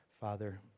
Father